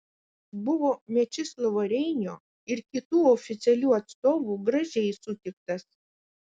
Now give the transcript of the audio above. buvo mečislovo reinio ir kitų oficialių atstovų gražiai sutiktas